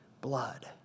blood